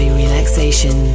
relaxation